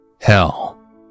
Hell